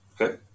Okay